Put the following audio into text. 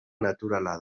naturala